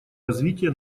развития